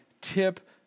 tip